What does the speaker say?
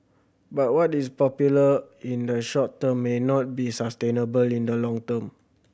but what is popular in the short term may not be sustainable in the long term